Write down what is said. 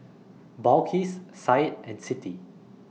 Balqis Said and Siti